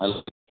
hello